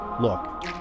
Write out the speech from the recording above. look